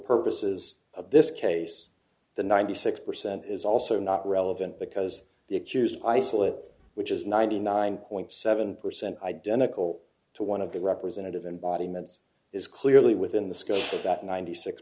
purposes of this case the ninety six percent is also not relevant because the accused islip which is ninety nine point seven percent identical to one of the representative embodiments is clearly within the scope of that ninety six